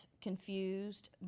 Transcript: confused